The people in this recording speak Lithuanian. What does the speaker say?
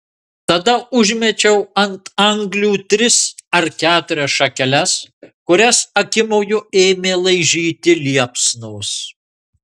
tada užmečiau ant anglių tris ar keturias šakeles kurias akimoju ėmė laižyti liepsnos